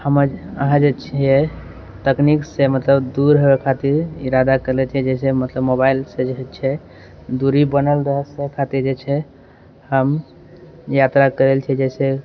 हमर अहाँ जे छियै तकनीकसँ मतलब दूर होइ खातिर इरादा कयले छियै जैसे मतलब मोबाइलसँ जे छै दूरी बनल रहए से खातिर जे छै हम यात्रा करैल छी जैसे